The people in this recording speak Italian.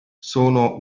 sono